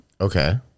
Okay